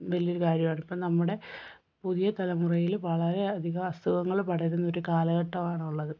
വലിയ ഒരു കാര്യമാണ് ഇപ്പം നമ്മുടെ പുതിയ തലമുറയിൽ വളരെ അധികം അസുഖങ്ങൾ പടരുന്ന ഒരു കാലഘട്ടമാണ് ഉള്ളത്